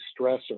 stressor